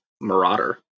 Marauder